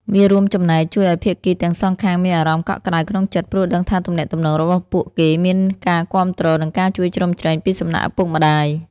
វារួមចំណែកជួយឱ្យភាគីទាំងសងខាងមានអារម្មណ៍កក់ក្ដៅក្នុងចិត្ត ព្រោះដឹងថាទំនាក់ទំនងរបស់ពួកគេមានការគាំទ្រ និងការជួយជ្រោមជ្រែងពីសំណាក់ឪពុកម្ដាយ។